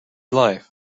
life